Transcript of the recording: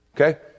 okay